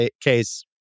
case